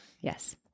Yes